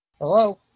Hello